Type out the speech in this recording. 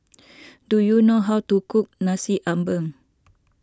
do you know how to cook Nasi Ambeng